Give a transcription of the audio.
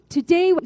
Today